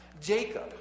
Jacob